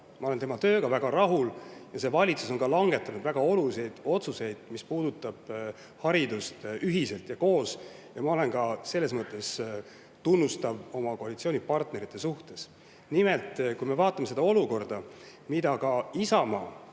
Ma olen tema tööga väga rahul ja see valitsus on langetanud väga olulisi otsuseid, mis puudutavad haridust, ühiselt ja koos. Ma olen ka selles mõttes tunnustav oma koalitsioonipartnerite suhtes. Nimelt, kui me vaatame seda olukorda, mille ka Isamaa